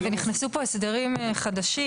נכנסו פה הסדרים חדשים,